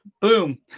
Boom